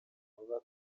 vuba